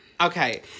Okay